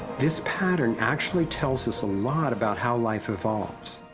this pattern actually tells us a lot about how life evolves.